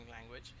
language